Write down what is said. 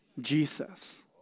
jesus